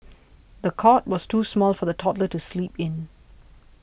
the cot was too small for the toddler to sleep in